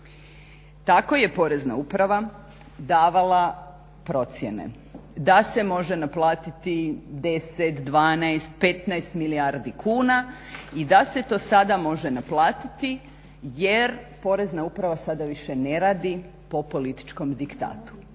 Tako je porezna uprava davala procjene da se može naplatiti 10, 12, 15 milijardi kuna i da se to sada može naplatiti jer porezna uprava sada više ne radi po političkom diktatu.